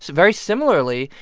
very similarly,